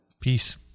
peace